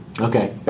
Okay